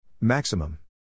Maximum